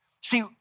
See